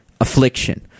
affliction